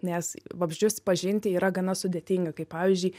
nes vabzdžius pažinti yra gana sudėtinga kaip pavyzdžiui